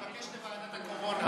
אני מבקש לוועדת הקורונה.